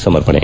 ಸಮರ್ಪಣೆ